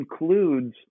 includes